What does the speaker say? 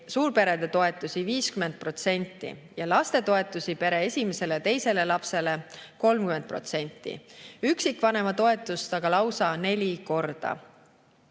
suurperede toetusi [100]% ja lastetoetusi pere esimesele ja teisele lapsele 30%, üksikvanema toetust aga lausa neli korda.